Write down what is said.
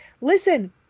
listen